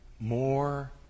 more